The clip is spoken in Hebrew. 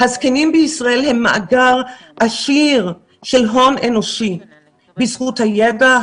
הזקנים בישראל הם מאגר עשיר של הון אנושי בזכות הידע,